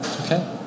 Okay